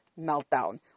meltdown